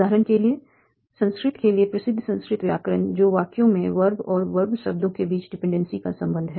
उदाहरण के लिए संस्कृत के लिए प्रसिद्ध संस्कृत व्याकरण FL जो वाक्यों में वर्ब और विभिन्न शब्दों के बीच डिपेंडेंसी का संबंध है